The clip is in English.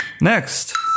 next